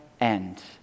end